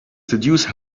seduce